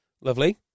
Lovely